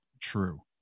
true